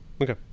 Okay